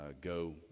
go